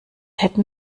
hätten